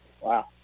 Wow